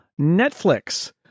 Netflix